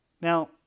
Now